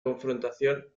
confrontación